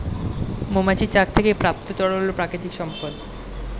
মৌমাছির মৌচাক থেকে প্রাপ্ত তরল হল প্রাকৃতিক সম্পদ